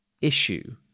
issue